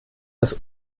das